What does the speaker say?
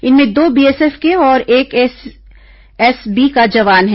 इनमें दो बीएसएफ के और एक एसएसबी का जवान है